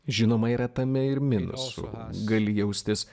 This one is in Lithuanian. žinoma yra tame ir minusų gali jaustis